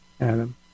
Adam